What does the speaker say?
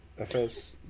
FS